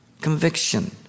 Conviction